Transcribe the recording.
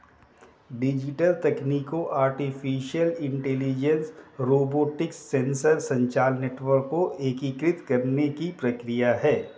digital तकनीकों artificial intelligence, robotics, sensor, संचार network को एकीकृत करने की प्रक्रिया है